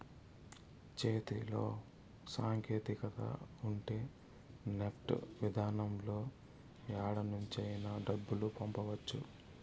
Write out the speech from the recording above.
చేతిలో సాంకేతికత ఉంటే నెఫ్ట్ విధానంలో యాడ నుంచైనా డబ్బులు పంపవచ్చు